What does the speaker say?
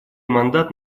мандат